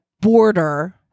border